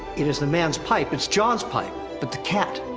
it is the man's pipe it's jon's pipe but the cat.